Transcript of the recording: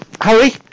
Harry